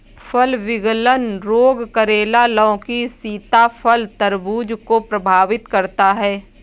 फल विगलन रोग करेला, लौकी, सीताफल, तरबूज को प्रभावित करता है